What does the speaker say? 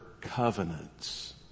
covenants